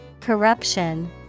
Corruption